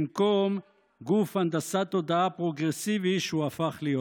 במקום גוף הנדסת תודעה פרוגרסיבי שהוא הפך להיות.